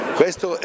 questo